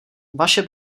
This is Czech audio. vaše